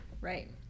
Right